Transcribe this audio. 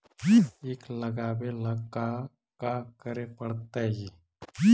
ईख लगावे ला का का करे पड़तैई?